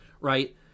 right